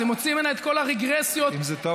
זה מוציא ממנה את כל האגרסיות שאנחנו